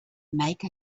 make